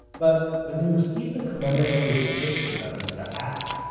but when they received the commemoratory certificate on his behalf,